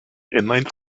inline